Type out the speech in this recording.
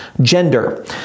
gender